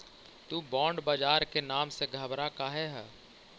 तु बॉन्ड बाजार के नाम से घबरा काहे ह?